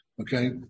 okay